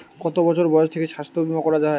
কত বছর বয়স থেকে স্বাস্থ্যবীমা করা য়ায়?